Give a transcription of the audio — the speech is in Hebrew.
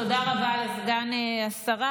תודה רבה לסגן השרה,